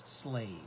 slave